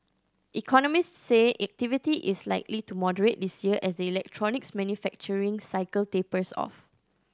economists say activity is likely to moderate this year as the electronics manufacturing cycle tapers off